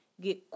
get